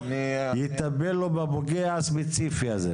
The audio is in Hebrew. יטפל לו בפוגע הספציפי הזה.